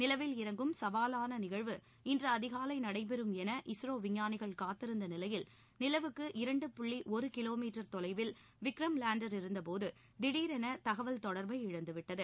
நிலவில் இறங்கும் சவாலான நிகழ்வு இன்று அதிகாலை நடைபெறும் என இஸ்ரோ விஞ்ஞானிகள் காத்திருந்த நிலையில் நிலவுக்கு இரண்டு புள்ளி ஒரு கிலோமீட்டர் தொலைவில் விக்ரம் லேண்டர் இருந்தபோது திடீரென தகவல் தொடர்பை இழந்துவிட்டது